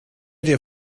dir